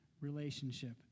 relationship